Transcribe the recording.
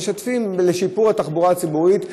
שהם משתפים לשיפור התחבורה הציבורית.